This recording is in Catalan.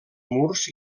murs